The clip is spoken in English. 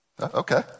Okay